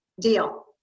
Deal